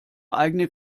eigene